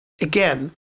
again